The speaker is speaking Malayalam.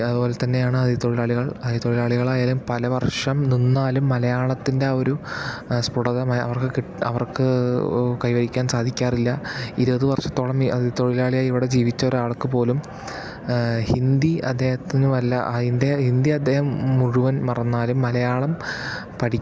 അതുപോലെത്തന്നെയാണ് അതിഥി തൊഴിലാളികൾ അതിഥി തൊഴിലാളികളായാലും പല വർഷം നിന്നാലും മലയാളത്തിൻ്റെ ആ ഒരു സ്പുടത അവർക്ക് കൈവരിക്കാൻ സാധിക്കാറില്ല അവർക്ക് ഇരുപത് വർഷത്തോളം അഥിതി തൊഴിലാളി ആയി ഇവിടെ ജീവിച്ചൊരാൾക്ക് പോലും ഹിന്ദി അദ്ദേഹത്തിന് വല്ല അതിൻ്റെ ഹിന്ദി അദ്ദേഹം മുഴുവൻ മറന്നാലും മലയാളം പഠി